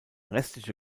restliche